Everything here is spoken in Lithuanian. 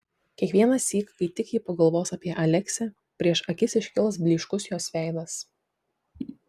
kiekvienąsyk kai tik ji pagalvos apie aleksę prieš akis iškils blyškus jos veidas